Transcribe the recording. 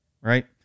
right